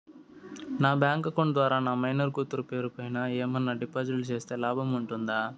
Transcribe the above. నా bank account ద్వారా నా మైనర్ కూతురు పేరు పైన ఏమన్నా డిపాజిట్లు సేస్తే లాభం ఉంటుందా?